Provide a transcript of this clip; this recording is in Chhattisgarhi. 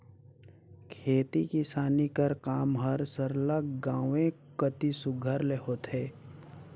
खेती किसानी कर काम हर सरलग गाँवें कती सुग्घर ले होथे